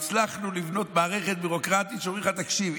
והצלחנו לבנות מערכת ביורוקרטית שאומרים לך: תקשיב,